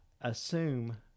assume